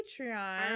Patreon